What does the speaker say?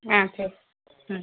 ஆ சரி ம்